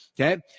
okay